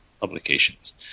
publications